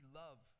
love